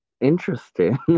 Interesting